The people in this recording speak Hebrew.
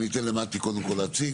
אני אתן למטי קודם כל להציג,